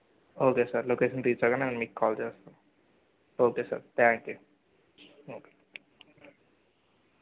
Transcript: okay sir లొకేషన్కి reach అవ్వగానే నేను మీకు కాల్ చేస్తాను okay sir thank you okay